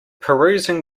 perusing